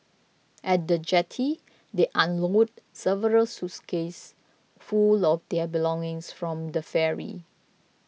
at the jetty they unload several suitcases full of their belongings from the ferry